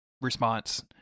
response